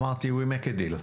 אמרתי: We make a deal.